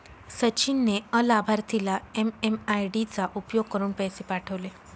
सचिन ने अलाभार्थीला एम.एम.आय.डी चा उपयोग करुन पैसे पाठवले